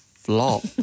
flop